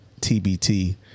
TBT